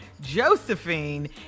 Josephine